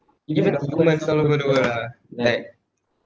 even the people some of them don't uh like